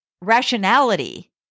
rationality